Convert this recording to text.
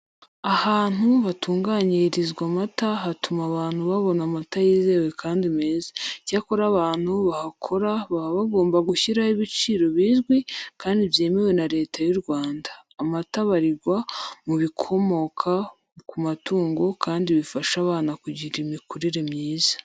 Ahantu hatunganyirizwa amata hatuma abantu babona amata yizewe kandi meza. Icyakora abantu bahakora baba bagomba gushyiraho ibiciro bizwi kandi byemewe na Leta y'u Rwanda. Amata abarirwa mu bikomoka ku matungo kandi bifasha abana kugira imikurire myiza.